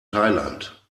thailand